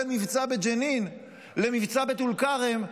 בין מבצע בג'נין למבצע בטול כרם,